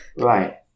Right